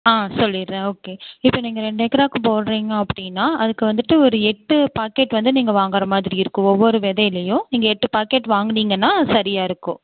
ஆ சொல்லிடுறேன் ஓகே இப்போ நீங்கள் ரெண்டு ஏக்கராவுக்கு போடுறிங்க அப்படின்னா அதுக்கு வந்துட்டு ஒரு எட்டு பாக்கெட் வந்து நீங்கள் வாங்கிற மாதிரி இருக்கும் ஒவ்வொரு விதைலியும் நீங்கள் எட்டு பாக்கெட் வாங்குனிங்கனால் சரியாக இருக்கும்